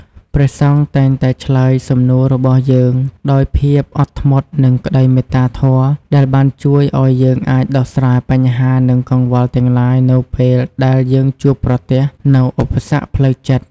ព្រះសង្ឃតែងតែឆ្លើយសំណួររបស់យើងដោយភាពអត់ធ្មត់និងក្តីមេត្តាធម៌ ដែលបានជួយឱ្យយើងអាចដោះស្រាយបញ្ហានិងកង្វល់ទាំងឡាយនៅពេលដែលយើងជួបប្រទះនូវឧបសគ្គផ្លូវចិត្ត។